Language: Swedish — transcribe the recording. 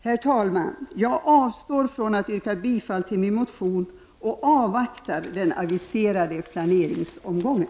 Herr talman! Jag avstår från att yrka bifall till min motion och avvaktar den aviserade planeringsomgången.